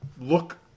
look